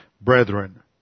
brethren